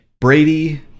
Brady